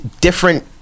different